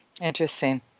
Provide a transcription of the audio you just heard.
Interesting